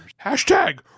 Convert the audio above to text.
hashtag